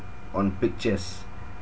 on pictures